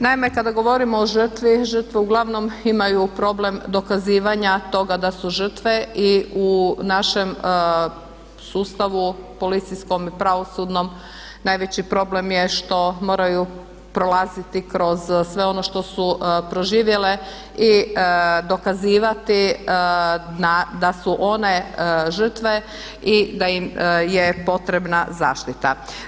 Naime, kada govorimo o žrtvi žrtve uglavnom imaju problem dokazivanja toga da su žrtve i u našem sustavu policijskom i pravosudnom najveći problem je što moraju prolaziti kroz sve ono što su proživjele i dokazivati da su one žrtve i da im je potrebna zaštita.